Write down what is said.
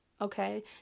Okay